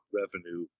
revenue